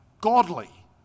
godly